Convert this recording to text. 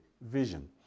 vision